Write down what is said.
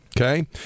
Okay